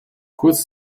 kurz